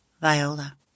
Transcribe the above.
Viola